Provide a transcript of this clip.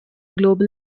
global